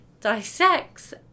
dissects